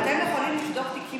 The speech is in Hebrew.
אבל אולי מישהו רוצה לשאול.